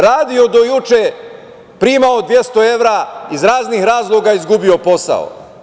Radio do juče, primao 200 evra, iz raznih razloga izgubio posao.